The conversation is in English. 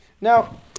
Now